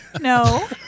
no